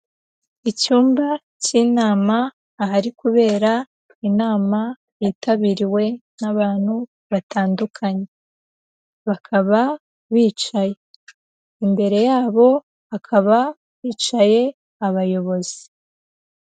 Icyumba cy'inama ahari kubera inama yitabiriwe n'abantu batandukanye. Bakaba bicaye. Imbere yabo, hakaba yicaye abayobozi.